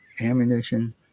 ammunition